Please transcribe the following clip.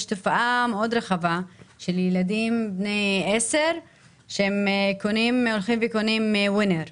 יש תופעה מאוד רחבה של ילדים בני עשר שהם הולכים וקונים ווינר.